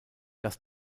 das